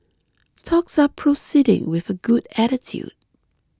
talks are proceeding with a good attitude